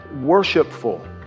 worshipful